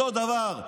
אותו דבר.